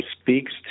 speaks